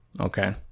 okay